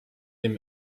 him